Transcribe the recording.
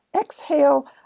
exhale